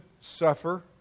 suffer